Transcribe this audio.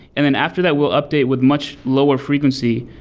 and then after that we'll update with much lower frequency,